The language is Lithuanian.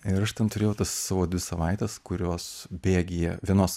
ir aš ten turėjau tas savo dvi savaites kurios bėgyje vienos